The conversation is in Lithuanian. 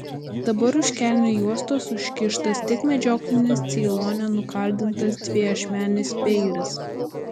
dabar už kelnių juostos užkištas tik medžioklinis ceilone nukaldintas dviašmenis peilis